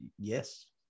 yes